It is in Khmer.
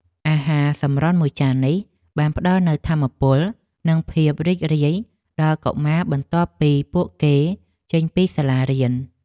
អាហារសម្រន់មួយចាននេះបានផ្តល់នូវថាមពលនិងភាពរីករាយដល់កុមារៗបន្ទាប់ពីពួកគេចេញពីសាលារៀន។